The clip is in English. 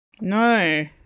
No